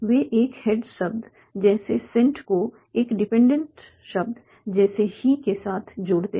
वे एक हेड शब्द जैसे 'सेंट' को एक डिपेंडेंट शब्द जैसे 'ही' के साथ जोड़ते हैं